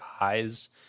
eyes